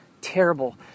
terrible